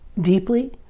deeply